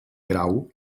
grau